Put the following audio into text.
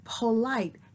polite